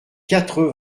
quatre